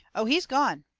oh, he's gone,